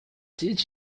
did